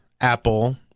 Apple